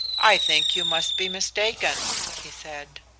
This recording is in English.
i think you must be mistaken, he said.